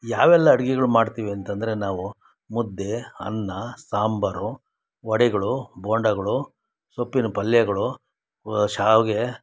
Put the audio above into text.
ಯಾವೆಲ್ಲ ಅಡುಗೆಗಳು ಮಾಡ್ತೀವಿ ಅಂತಂದರೆ ನಾವು ಮುದ್ದೆ ಅನ್ನ ಸಾಂಬಾರು ವಡೆಗಳು ಬೋಂಡಗಳು ಸೊಪ್ಪಿನ ಪಲ್ಯಗಳು ಶಾವಿಗೆ